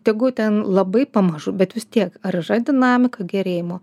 tegu ten labai pamažu bet vis tiek ar yra dinamika gerėjimo